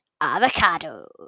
avocado